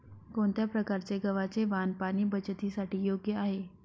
कोणत्या प्रकारचे गव्हाचे वाण पाणी बचतीसाठी योग्य आहे?